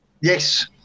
Yes